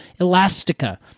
elastica